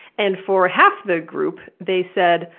and for half the group they said,